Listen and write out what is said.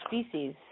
species